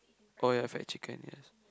oh ya fried chicken yes